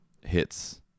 hits